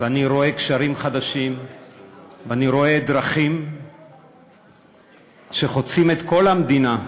אני רואה גשרים חדשים ואני רואה דרכים שחוצות את כל המדינה,